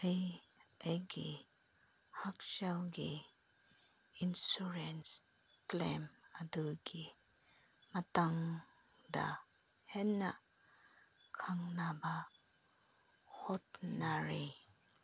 ꯑꯩ ꯑꯩꯒꯤ ꯍꯛꯆꯥꯡꯒꯤ ꯏꯟꯁꯨꯔꯦꯟꯁ ꯀ꯭ꯂꯦꯝ ꯑꯗꯨꯒꯤ ꯃꯇꯥꯡꯗ ꯍꯦꯟꯅ ꯈꯪꯅꯕ ꯍꯣꯠꯅꯔꯤ